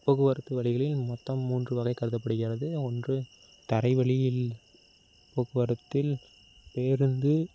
போக்குவரத்து வழிகளில் மொத்தம் மூன்று வகை கருதப்படுகிறது ஒன்று தரைவழியில் போக்குவரத்தில் பேருந்து